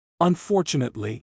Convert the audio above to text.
unfortunately